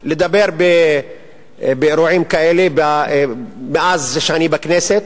לדבר באירועים כאלה מאז שאני בכנסת.